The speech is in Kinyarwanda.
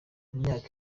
myaka